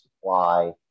supply